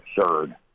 absurd